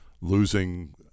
losing